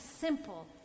simple